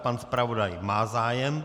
Pan zpravodaj má zájem.